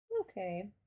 okay